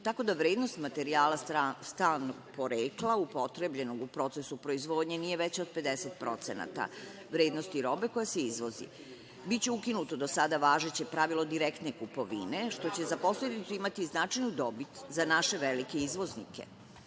tako da vrednost materijala stranog porekla upotrebljenog u procesu proizvodnje nije veći od 50% vrednosti robe koja se izvozi. Biće ukinuto do sada važeće pravilo direktne kupovine, što će za posledicu imati značajnu dobit za naše velike izvoznike.